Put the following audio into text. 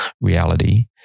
reality